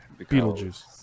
Beetlejuice